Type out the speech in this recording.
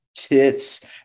tits